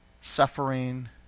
suffering